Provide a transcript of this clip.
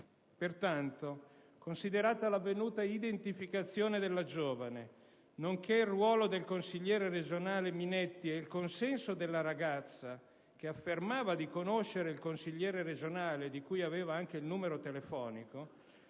pertanto, considerata l'avvenuta identificazione della giovane, nonché il ruolo del consigliere regionale Minetti e il consenso della ragazza, che affermava di conoscere il consigliere regionale, di cui aveva anche il numero telefonico,